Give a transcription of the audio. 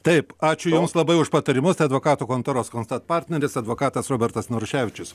taip ačiū jums labai už patarimus tai advokatų kontoros constat partneris advokatas robertas naruševičius